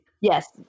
Yes